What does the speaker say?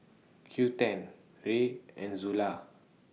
Quinten Rae and Zula